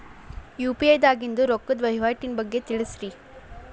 UPI ದಾಗಿನ ರೊಕ್ಕದ ವಹಿವಾಟಿನ ಬಗ್ಗೆ ತಿಳಸ್ರಿ